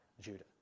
Judah